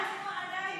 אבל אנחנו עדיין,